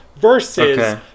Versus